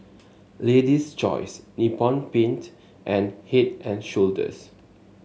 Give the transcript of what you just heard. Lady's Choice Nippon Paint and Head And Shoulders